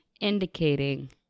indicating